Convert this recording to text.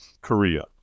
Korea